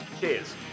Cheers